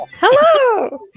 Hello